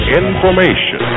information